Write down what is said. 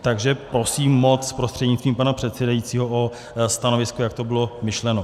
Takže prosím moc prostřednictvím pana předsedajícího o stanovisko, jak to bylo myšleno.